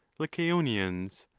lycaonians,